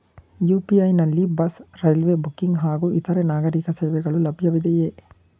UPI ನಲ್ಲಿ bus, railway booking ಹಾಗೂ ಇತರೆ ನಾಗರೀಕ ಸೇವೆಗಳು ಲಭ್ಯವಿದೆಯೇ?